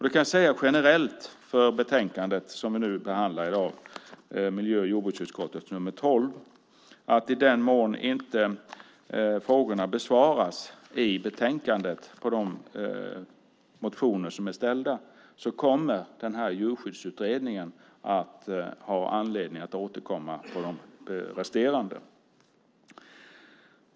Det kan sägas generellt för det betänkande som vi behandlar i dag, miljö och jordbruksutskottets betänkande nr 12, att i den mån frågorna inte besvaras i betänkandet vad gäller de motioner som är väckta kommer djurskyddsutredningen att ha anledning att återkomma till de resterande.